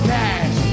cash